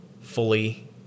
fully